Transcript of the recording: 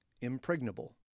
impregnable